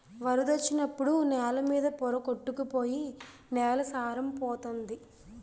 వరదొచ్చినప్పుడు నేల మీద పోర కొట్టుకు పోయి నేల సారం పోతంది